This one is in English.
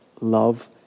love